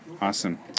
Awesome